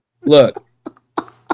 Look